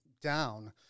down